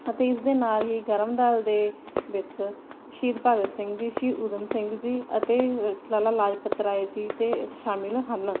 ਅਤੇ ਇਸ ਦੇ ਨਾਲ ਹੀ ਗਰਮ ਦਲ ਦੇ ਵਿੱਚ ਸ਼ਹੀਦ ਭਗਤ ਸਿੰਘ ਜੀ ਸ਼ਹੀਦ ਊਧਮ ਸਿੰਘ ਜੀ ਅਤੇ ਲਾਲਾ ਲਾਜਪਤ ਰਾਏ ਜੀ ਅਤੇ ਸ਼ਾਮਿਲ ਹਨ